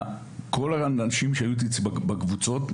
כל האנשים שהיו בקבוצות,